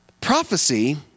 prophecy